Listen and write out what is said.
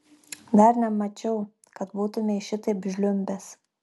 dar nemačiau kad būtumei šitaip žliumbęs